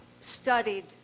studied